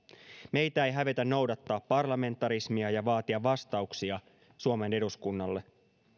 meitä ei hävetä noudattaa parlamentarismia ja vaatia vastauksia suomen eduskunnalle